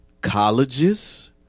colleges